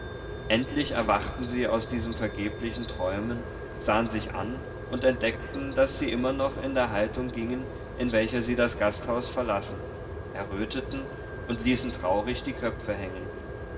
endlich erwachten sie aus diesen vergeblichen träumen sahen sich an und entdeckten daß sie immer noch in der haltung gingen in welcher sie das gasthaus verlassen erröteten und ließen traurig die köpfe hängen